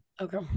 Okay